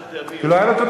שבת.